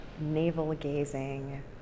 navel-gazing